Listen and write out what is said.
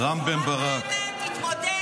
תתמודד.